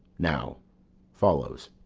now follows,